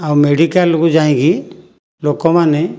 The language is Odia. ଆଉ ମେଡ଼ିକାଲକୁ ଯାଇକି ଲୋକମାନେ